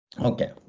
Okay